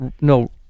no